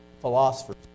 philosophers